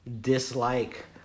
dislike